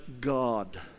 God